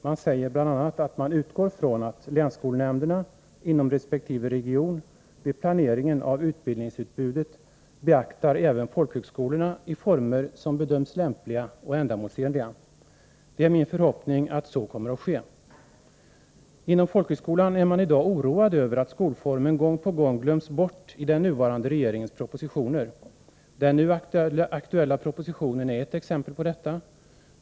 Man säger bl.a. att man utgår från att länsskolnämnderna inom resp. region vid planeringen av utbildningsutbudet beaktar även folkhögskolorna i former som bedöms lämpliga och ändamålsenliga. Det är min förhoppning att så kommer att ske. Inom folkhögskolan är man emellertid i dag oroad över att skolformen gång på gång glöms bort i den nuvarande regeringens propositioner. Den nu aktuella propositionen är ett exempel på detta.